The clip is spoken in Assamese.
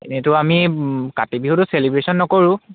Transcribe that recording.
এনেটো আমি কাতি বিহুটো চেলিব্ৰেশ্যন নকৰোঁ